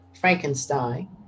Frankenstein